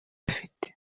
afite